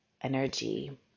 energy